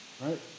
right